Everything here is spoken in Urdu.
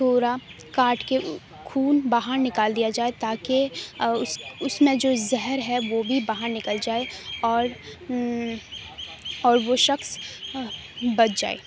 تھوڑا کاٹ کے خون باہر نکال دیا جائے تاکہ اس میں جو زہر ہے وہ بھی باہر نکل جائے اور اور وہ شخص بچ جائے